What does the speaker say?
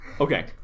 Okay